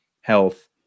health